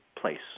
place